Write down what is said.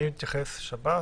מי מתייחס, שב"ס?